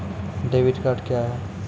Debit card क्या हैं?